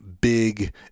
big